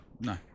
No